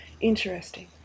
interesting